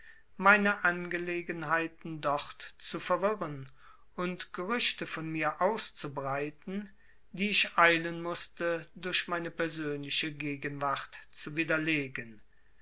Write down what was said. meine angelegenheiten dort zu verwirren und gerüchte von mir auszubreiten die ich eilen mußte durch meine persönliche gegenwart zu widerlegen